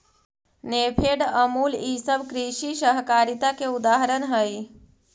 नेफेड, अमूल ई सब कृषि सहकारिता के उदाहरण हई